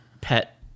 pet